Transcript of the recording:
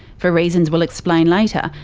for reasons we'll explain later,